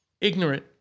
ignorant